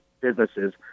businesses